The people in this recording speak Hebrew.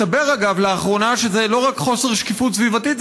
מסתבר לאחרונה שזה לא רק חוסר שקיפות סביבתית,